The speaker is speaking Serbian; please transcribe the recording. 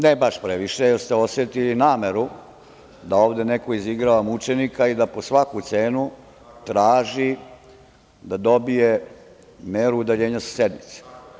Ne baš previše, jer ste osetili nameru da ovde neko izigrava mučenika i da po svaku cenu traži da dobije meru udaljenja sa sednice.